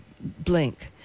blink